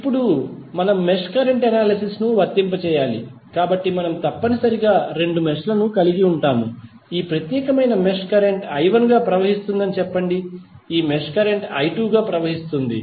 ఇప్పుడు మనము mesh current analysis ను వర్తింపజేయాలి కాబట్టి మనం తప్పనిసరిగా రెండు మెష్ లను కలిగి ఉంటాము ఈ ప్రత్యేకమైన మెష్ కరెంట్ I1 గా ప్రవహిస్తుంది ఈ మెష్ కరెంట్ I2 గా ప్రవహిస్తోంది